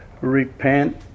repent